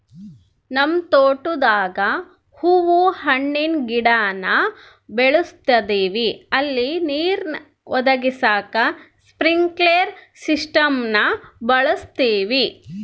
ನಮ್ ತೋಟುದಾಗ ಹೂವು ಹಣ್ಣಿನ್ ಗಿಡಾನ ಬೆಳುಸ್ತದಿವಿ ಅಲ್ಲಿ ನೀರ್ನ ಒದಗಿಸಾಕ ಸ್ಪ್ರಿನ್ಕ್ಲೆರ್ ಸಿಸ್ಟಮ್ನ ಬಳುಸ್ತೀವಿ